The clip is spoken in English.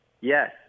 Yes